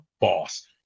boss